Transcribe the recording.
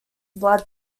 blood